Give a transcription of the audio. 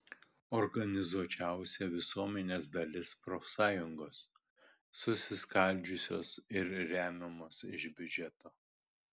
organizuočiausia visuomenės dalis profsąjungos susiskaldžiusios ir remiamos iš biudžeto